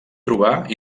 trobar